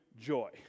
joy